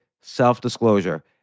self-disclosure